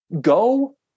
go